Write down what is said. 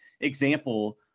example